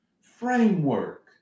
framework